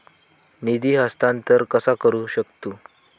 निधी हस्तांतर कसा करू शकतू?